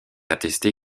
attestée